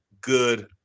good